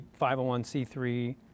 501c3